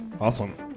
Awesome